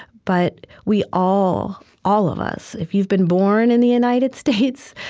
but we all all of us, if you've been born in the united states,